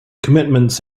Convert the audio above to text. commitments